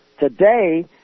Today